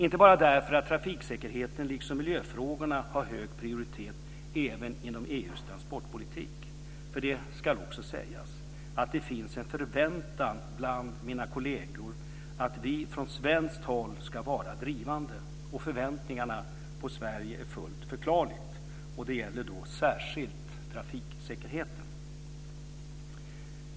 Inte bara därför att trafiksäkerheten liksom miljöfrågorna har hög prioritet även inom EU:s transportpolitik, utan det ska också sägas att det finns en förväntan bland mina kolleger att vi från svenskt håll ska vara drivande och förväntningar på Sverige är fullt förklarliga, och det gäller då särskilt trafiksäkerheten.